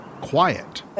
quiet